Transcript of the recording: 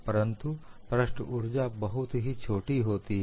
परंतु पृष्ठ ऊर्जा बहुत ही बहुत छोटी होती है